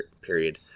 period